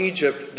Egypt